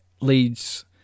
leads